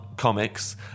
Comics